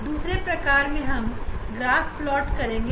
दूसरे तरीके में हम ऑर्डर के लिए ग्राफ प्लॉट करेंगे